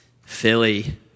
Philly